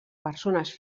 persones